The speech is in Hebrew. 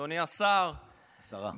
אדוני השר, השרה.